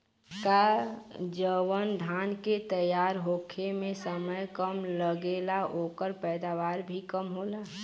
का जवन धान के तैयार होखे में समय कम लागेला ओकर पैदवार भी कम होला?